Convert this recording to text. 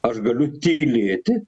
aš galiu tylėti